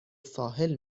ساحل